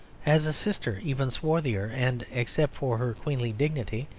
has a sister even swarthier and, except for her queenly dignity,